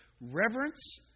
reverence